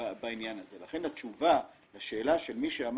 לכן התשובה למי ששאל